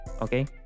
okay